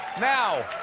now.